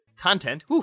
content